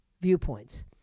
viewpoints